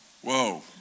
whoa